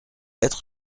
être